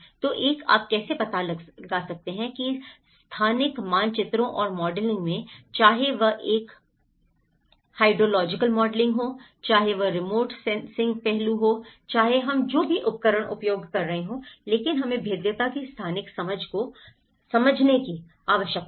तो एक आप कैसे पता लगा सकते हैं कि स्थानिक मानचित्रण और मॉडलिंग में चाहे वह एक हाइड्रोलॉजिकल मॉडलिंग हो चाहे वह रिमोट सेंसिंग पहलू हो चाहे हम जो भी उपकरण उपयोग कर रहे हों लेकिन हमें भेद्यता की स्थानिक समझ को समझने की आवश्यकता है